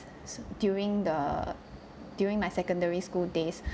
during the during my secondary school days